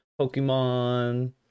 Pokemon